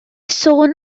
sôn